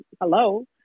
hello